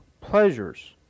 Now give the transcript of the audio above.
pleasures